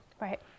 Right